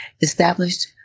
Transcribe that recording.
established